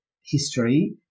history